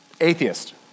atheist